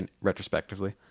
retrospectively